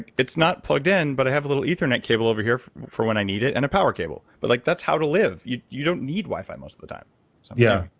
it's not plugged in, but i have a little ethernet cable over here, for when i need it, and a power cable. but, like that's how to live. you you don't need wi-fi most of the time. josh yeah.